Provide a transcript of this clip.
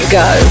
go